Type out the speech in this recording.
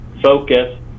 focus